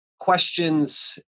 questions